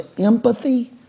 empathy